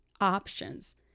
options